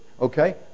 okay